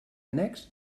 annex